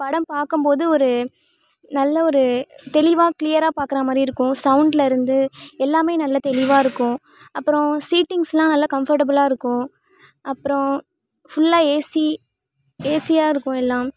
படம் பார்க்கம் போது ஒரு நல்ல ஒரு தெளிவாக க்ளீயராக பார்க்குறா மாதிரி இருக்கும் சவுண்ட்லேருந்து எல்லாமே நல்ல தெளிவாக இருக்கும் அப்பறம் சீட்டிங்ஸ்லாம் நல்ல கம்ஃபர்ட்டபுளாக இருக்கும் அப்பறம் ஃபுல்லாக ஏசி ஏசியாக இருக்கும் எல்லாம்